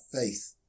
faith